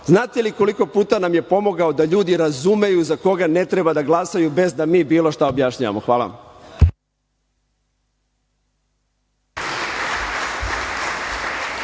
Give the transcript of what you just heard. Znate li koliko puta nam je pomogao da ljudi razumeju za koga ne treba da glasaju, bez da mi bilo šta objašnjavamo? Hvala.